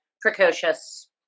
precocious